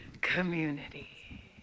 community